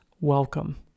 welcome